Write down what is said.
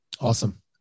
Awesome